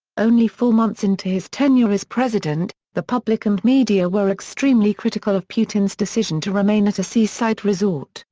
only four months into his tenure as president, the public and media were extremely critical of putin's decision to remain at a seaside resort,